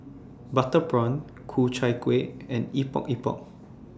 Butter Prawn Ku Chai Kuih and Epok Epok